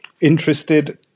interested